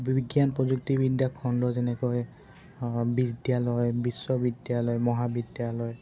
বিজ্ঞান প্ৰযুক্তিবিদ্য খণ্ড যেনেকৈ বিদ্যালয় বিশ্ববিদ্যালয় মহাবিদ্যালয়